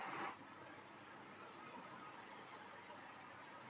भारत का बीस प्रतिशत क्षेत्र वनों से आच्छादित है